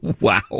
Wow